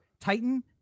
Titan